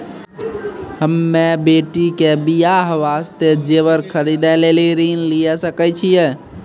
हम्मे बेटी के बियाह वास्ते जेबर खरीदे लेली ऋण लिये सकय छियै?